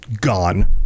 gone